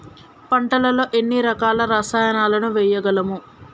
పంటలలో ఎన్ని రకాల రసాయనాలను వేయగలము?